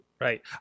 Right